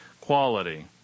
quality